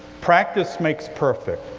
practice makes perfect.